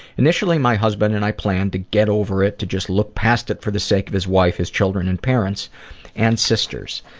initially, my husband and i planned to get over it, to just look past it for the sake of his wife, his children, and parents and sisters.